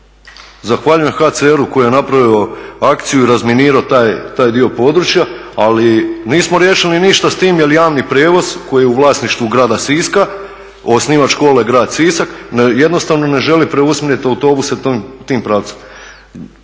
Zahvaljujem HCR-u koji je napravio akciju i razminirao taj dio područja, ali nismo riješili ništa s tim jer javni prijevoz koji je u vlasništvu grada Siska, osnivač škole grad Sisak jednostavno ne želi preusmjeriti autobuse tim pravcem.